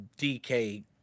DK